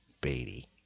Beatty